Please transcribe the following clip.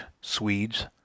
Swedes